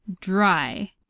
dry